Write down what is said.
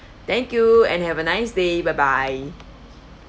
thank you and have a nice day bye bye